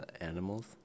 animals